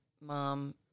mom